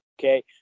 Okay